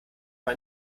man